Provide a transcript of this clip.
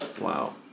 Wow